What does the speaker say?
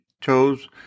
chose